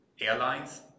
airlines